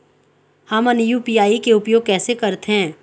हमन यू.पी.आई के उपयोग कैसे करथें?